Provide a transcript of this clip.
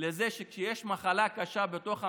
לזה שכשיש מחלה קשה בתוך המשפחה,